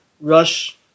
Rush